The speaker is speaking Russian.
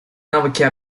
навыки